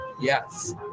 Yes